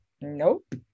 nope